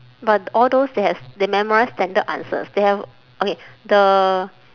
but all those they has they memorise standard answers they have okay the